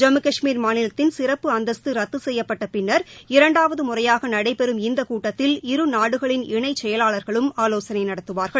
ஜம்மு கஷ்மீர் மாநிலத்தின் சிறப்பு அந்தஸ்து ரத்து செய்யப்பட்ட பின்னர் இரண்டாவது முறையாக நடைபெறும் இந்தக் கூட்டத்தில் இருநாடுகளின் இணைச் செயலாளர்களும் ஆலோசனை நடத்துவார்கள்